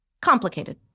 complicated